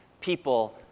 people